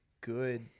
good